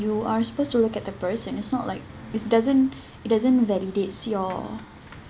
you are supposed to look at the person it's not like it doesn't it doesn't validates your